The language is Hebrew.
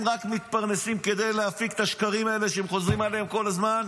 הם רק מתפרנסים כדי להפיץ את השקרים האלה שהם חוזרים עליהם כל הזמן.